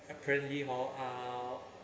apparently hor uh